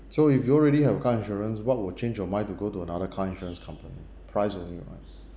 so if you already have car insurance what would change your mind to go to another car insurance company price only right